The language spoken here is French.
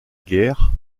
guerre